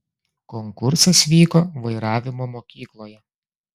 konkursas vyko vairavimo mokykloje